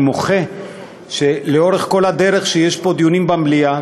אני מוחה שלאורך כל הדרך שיש פה דיונים במליאה,